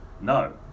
No